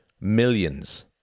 millions